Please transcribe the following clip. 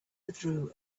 withdrew